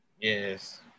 Yes